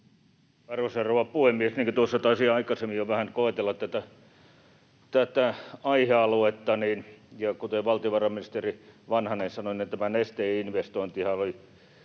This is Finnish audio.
rouva puhemies! Niin kuin tuossa taisin aikaisemmin jo vähän koetella tätä aihealuetta ja kuten valtiovarainministeri Vanhanen sanoi, niin tätä Nesteen investointiahan ei